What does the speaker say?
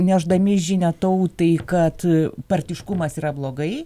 nešdami žinią tautai kad partiškumas yra blogai